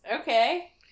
okay